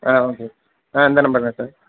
ஆ ஆமாம் சார் ஆ இந்த நம்பர் தான் சார்